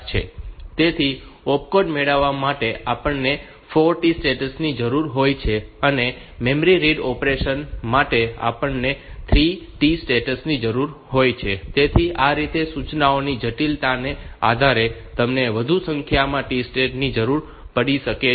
તેથી opcode મેળવવા માટે આપણને 4 T સ્ટેટ્સ ની જરૂર હોય છે અને મેમરી રીડ ઑપરેશન માટે આપણને 3 T સ્ટેટ્સ ની જરૂર હોય છે તેથી આ રીતે સૂચનાઓની જટિલતાને આધારે તમને વધુ સંખ્યામાં T સ્ટેટ્સ ની જરૂર પડી શકે છે